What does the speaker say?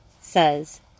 says